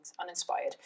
uninspired